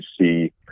see